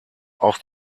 auch